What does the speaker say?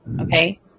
Okay